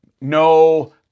No